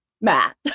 Matt